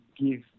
give